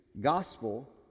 gospel